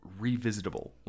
revisitable